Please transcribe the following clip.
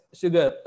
sugar